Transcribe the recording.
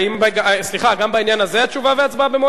סליחה, גם בעניין הזה התשובה וההצבעה במועד אחר?